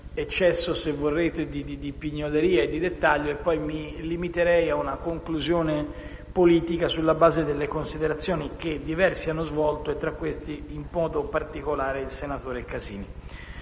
eccesso - se vorrete - di pignoleria e di dettaglio, e poi mi limiterei ad una conclusione politica sulla base delle considerazioni che diversi hanno svolto e tra questi, in modo particolare, il senatore Casini.